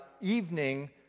evening